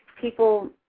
people